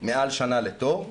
מעל שנה לתור,